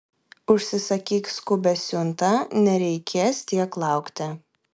užsisakyk skubią siuntą nereikės tiek laukti